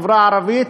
בחברה הערבית,